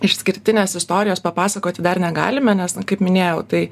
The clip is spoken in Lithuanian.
išskirtinės istorijos papasakoti dar negalime nes kaip minėjau tai